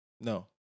No